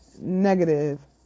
Negative